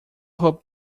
hope